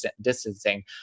distancing